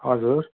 हजुर